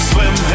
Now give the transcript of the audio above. Swim